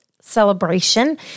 celebration